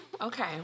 Okay